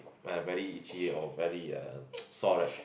uh very itchy or very uh sore right